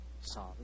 sorry